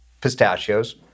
pistachios